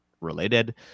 related